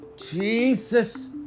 Jesus